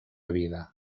vida